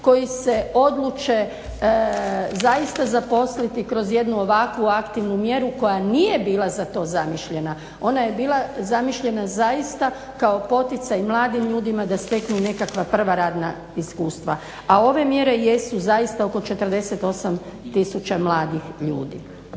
koji se odluče zaista zaposliti kroz jednu ovakvu aktivnu mjeru koja nije bila za to zamišljena. Ona je bila zamišljena zaista kao poticaj mladim ljudima da steknu nekakva prva radna iskustva. A ove mjere jesu zaista oko 48 tisuća mladih ljudi.